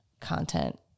content